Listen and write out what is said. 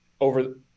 over